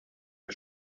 des